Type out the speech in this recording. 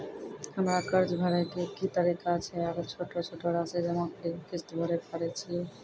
हमरा कर्ज भरे के की तरीका छै आरू छोटो छोटो रासि जमा करि के किस्त भरे पारे छियै?